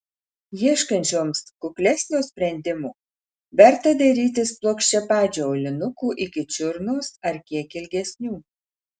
ieškančioms kuklesnio sprendimo verta dairytis plokščiapadžių aulinukų iki čiurnos ar kiek ilgesnių